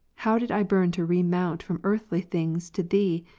how did i burn to re-mount from earthly things to thee,